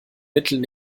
mitteln